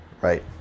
right